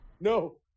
No